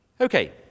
Okay